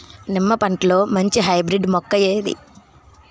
నిమ్మ పంటలో మంచి హైబ్రిడ్ మొక్క ఏది?